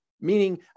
meaning